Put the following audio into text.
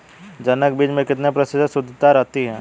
जनक बीज में कितने प्रतिशत शुद्धता रहती है?